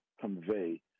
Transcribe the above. convey